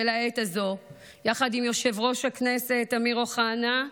העת הזו יחד עם יושב-ראש הכנסת אמיר אוחנה,